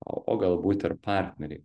o galbūt ir partneriai